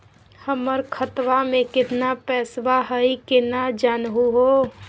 हमर खतवा मे केतना पैसवा हई, केना जानहु हो?